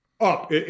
up